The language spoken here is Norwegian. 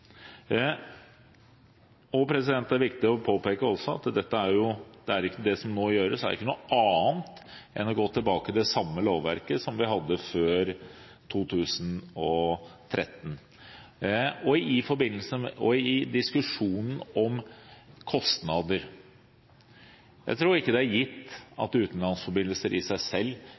Det er også viktig å påpeke at det som nå gjøres, ikke er noe annet enn å gå tilbake til det samme lovverket som vi hadde før 2013. I diskusjonen om kostnader tror jeg ikke det er gitt at utenlandsforbindelser i seg selv